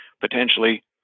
potentially